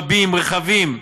רבים ורחבים,